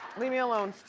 leave me alone,